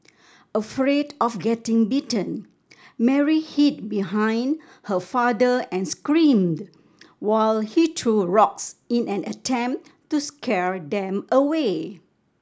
afraid of getting bitten Mary hid behind her father and screamed while he threw rocks in an attempt to scare them away